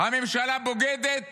הממשלה בוגדת